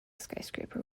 skyscraper